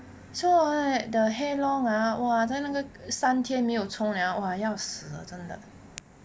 so right the hair long ah !wah! 在那个三天没有冲凉哇要死真的